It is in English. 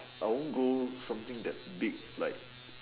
I won't go something that big like